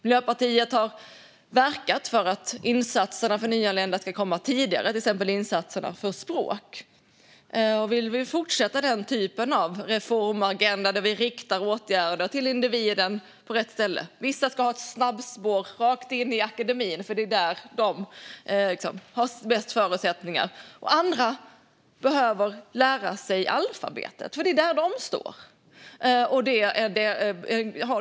Miljöpartiet har verkat för att insatserna för nyanlända ska komma tidigare, till exempel insatserna för språk. Vi vill fortsätta den typen av reformagenda där vi riktar åtgärder till individen på rätt ställe. Vissa ska ha ett snabbspår rakt in i akademin, för det är där de har bäst förutsättningar. Andra behöver lära sig alfabetet, för det är där de står.